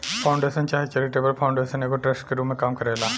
foundation चाहे charitable foundation एगो trust के रूप में काम करेला